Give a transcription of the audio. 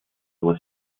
was